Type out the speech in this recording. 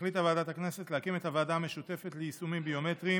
החליטה ועדת הכנסת להקים את הוועדה המשותפת ליישומים ביומטריים.